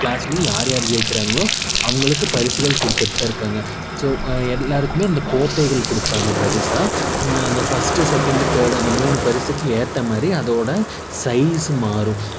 கிளாஸ்லேயும் யார் யார் ஜெய்க்கிறாங்களோ அவர்களுக்கு பரிசுகள் கொடுத்துட்டு தான் இருக்காங்க ஸோ எல்லாேருக்குமே இந்த கோப்பைகள் கொடுப்பாங்க பரிசாக அந்த ஃபஸ்ட்டு செகெண்டு தேர்டு அந்த மூணு பரிசுக்கு ஏற்ற மாதிரி அதோட சைஸு மாறும்